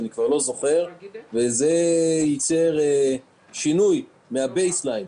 זה ייצר שינוי מה-base line.